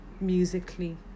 musically